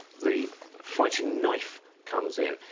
the fighting knife comes in,